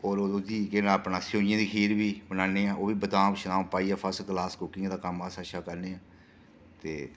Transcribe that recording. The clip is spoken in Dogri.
ते होर केह् नां अपना सवेइयें दी खीर बी बनान्ने आं ओह्बी बदाम शदाम पाइयै फर्स्ट क्लास कुकिंग दा कम्म सारें शा पैह्लें ते